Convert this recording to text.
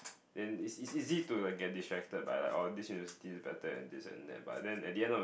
then it's it's easy to get distracted by like oh this university is better than this and that but then at the end of the